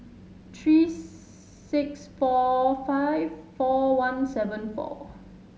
three six four five four one seven four